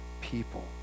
people